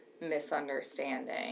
misunderstanding